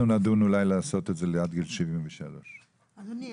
אנחנו נדון אולי לעשות את זה עד גיל 73. אדוני,